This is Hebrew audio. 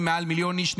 מעל מיליון איש,